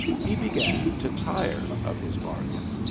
he began to tire of his bargain.